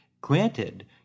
Granted